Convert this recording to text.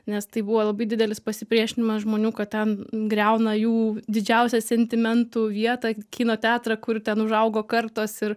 nes tai buvo labai didelis pasipriešinimas žmonių kad ten griauna jų didžiausią sentimentų vietą kino teatrą kur ten užaugo kartos ir